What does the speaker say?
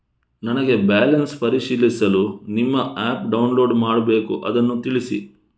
ನನಗೆ ಬ್ಯಾಲೆನ್ಸ್ ಪರಿಶೀಲಿಸಲು ನಿಮ್ಮ ಆ್ಯಪ್ ಡೌನ್ಲೋಡ್ ಮಾಡಬೇಕು ಅದನ್ನು ತಿಳಿಸಿ?